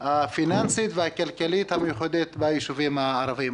הפיננסית והכלכלית המיוחדת ביישובים הערביים.